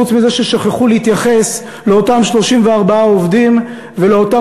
חוץ מזה ששכחו להתייחס לאותם 34 עובדים ולאותם